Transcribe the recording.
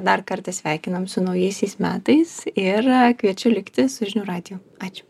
dar kartą sveikinam su naujaisiais metais ir kviečiu likti su žinių radiju ačiū